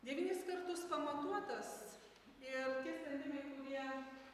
devynis kartus pamatuotas ir tie sprendimai kurie